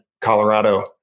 colorado